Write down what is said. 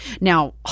Now